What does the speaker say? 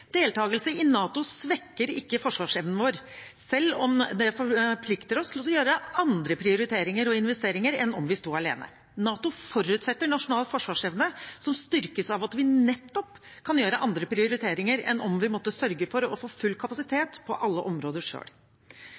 Deltakelse i NATO svekker ikke forsvarsevnen vår selv om det forplikter oss til å gjøre andre prioriteringer og investeringer enn om vi sto alene. NATO forutsetter nasjonal forsvarsevne som styrkes av at vi nettopp kan gjøre andre prioriteringer enn om vi måtte sørge for å få full kapasitet på alle områder